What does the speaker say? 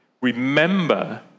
remember